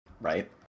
right